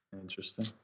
Interesting